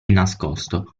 nascosto